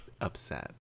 upset